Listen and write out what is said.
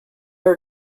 are